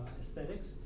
aesthetics